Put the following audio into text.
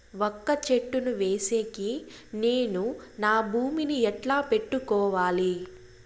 వక్క చెట్టును వేసేకి నేను నా భూమి ని ఎట్లా పెట్టుకోవాలి?